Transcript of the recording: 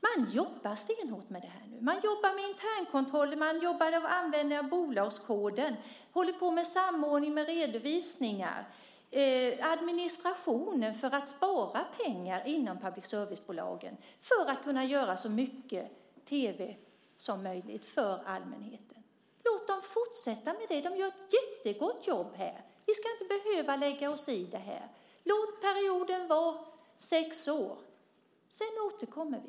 Man jobbar med internkontroller, man använder en bolagskod, man håller på med samordning när det gäller redovisning och administration för att spara pengar inom public service-bolagen för att kunna göra så mycket tv som möjligt för allmänheten. Låt dem fortsätta med det. Man gör ett jättegott jobb. Vi ska inte behöva lägga oss i det. Låt perioden vara sex år. Sedan återkommer vi.